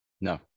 No